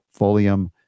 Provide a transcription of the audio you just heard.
folium